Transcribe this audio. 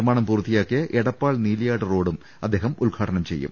നിർമാണം പൂർത്തിയാക്കിയ എട പ്പാൾ നീലിയാട് റോഡും അദ്ദേഹം ഉദ്ഘാടനം ചെയ്യും